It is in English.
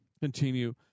continue